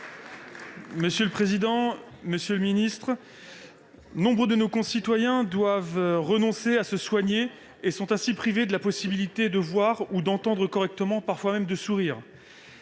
solidarités et de la santé, nombre de nos concitoyens doivent renoncer à se soigner et sont ainsi privés de la possibilité de voir ou d'entendre correctement, parfois même de sourire.